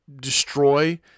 destroy